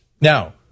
Now